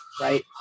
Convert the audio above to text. Right